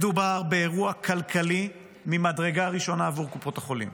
מדובר באירוע כלכלי ממדרגה ראשונה עבור קופות החולים.